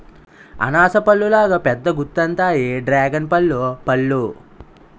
అనాస పల్లులాగా పెద్దగుంతాయి డ్రేగన్పల్లు పళ్ళు